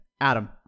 Adam